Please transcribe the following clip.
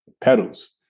petals